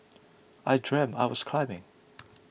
I dreamt I was climbing